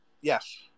Yes